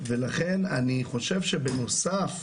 ולכן אני חושב שבנוסף,